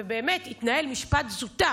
ובאמת התנהל משפט זוטא